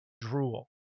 drool